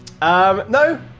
No